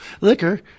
liquor